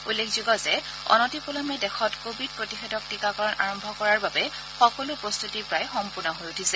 উল্লেখযোগ্য যে অনতিপলমে দেশত কোৱিড প্ৰতিষেধক টীকাকৰণ আৰম্ভ কৰাৰ বাবে সকলো প্ৰস্তুতি প্ৰায় সম্পূৰ্ণ হৈ উঠিছে